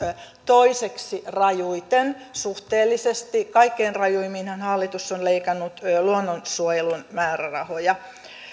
toiseksi rajuiten suhteellisesti kaikkein rajuimminhan hallitus on leikannut luonnonsuojelun määrärahoja